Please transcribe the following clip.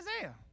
Isaiah